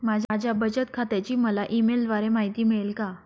माझ्या बचत खात्याची मला ई मेलद्वारे माहिती मिळेल का?